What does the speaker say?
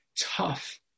tough